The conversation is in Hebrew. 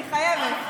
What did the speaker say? אני חייבת.